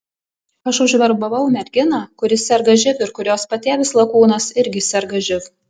aš užverbavau merginą kuri serga živ ir kurios patėvis lakūnas irgi serga živ